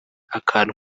akantu